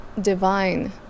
divine